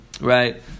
Right